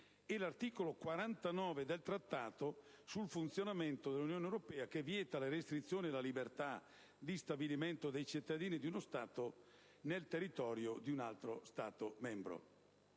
e l'articolo 49 del Trattato sul funzionamento dell'Unione europea, che vieta le restrizioni alla libertà di stabilimento dei cittadini di uno Stato nel territorio di un altro Stato membro.